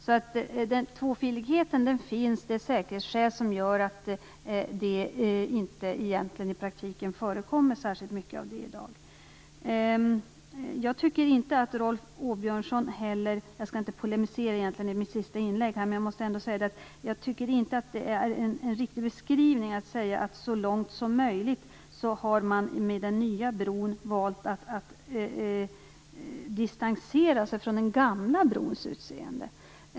Det finns två filer, men det är säkerhetsskäl som gör att sådan trafik i praktiken inte förekommer särskilt mycket i dag. Jag skall egentligen inte polemisera med Rolf Åbjörnsson i mitt sista inlägg. Men jag tycker inte att det är en riktig beskrivning att säga att man med den nya bron så långt som möjligt har valt att distansera sig från den gamla brons utseende.